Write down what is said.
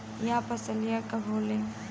यह फसलिया कब होले?